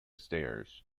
stairs